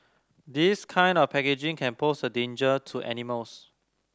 this kind of packaging can pose a danger to animals